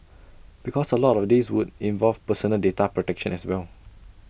because A lot of this would involve personal data protection as well